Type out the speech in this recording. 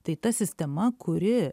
tai ta sistema kuri